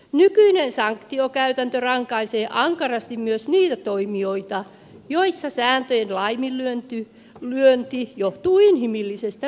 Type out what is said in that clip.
nykyinen sanktiokäytäntö rankaisee ankarasti myös niitä toimijoita joilla sääntöjen laiminlyönti johtuu inhimillisestä virheestä